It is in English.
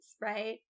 right